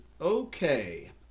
okay